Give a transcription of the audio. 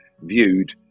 viewed